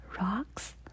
rocks